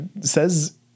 says